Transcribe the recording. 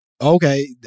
okay